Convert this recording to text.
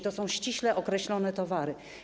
To są ściśle określone towary.